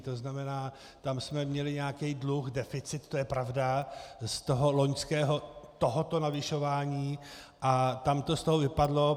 To znamená, tam jsme měli nějaký dluh, deficit, to je pravda, z toho loňského tohoto navyšování a tam to z toho vypadlo.